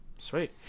sweet